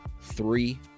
three